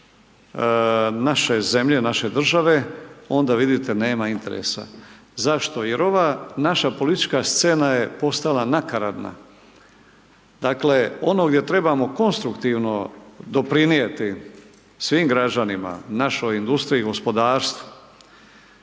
naše zemlje, naše države onda vidite nema interesa. Zašto? Jer ova naša politčka scena je postala nakaradna, dakle ono gdje trebamo konstruktivno doprinijeti svim građanima, našoj industriji, gospodarstvu